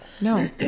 No